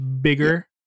bigger